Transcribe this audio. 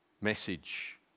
message